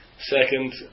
second